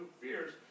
fears